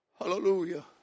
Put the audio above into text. hallelujah